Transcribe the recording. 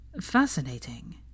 Fascinating